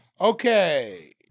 Okay